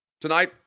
Tonight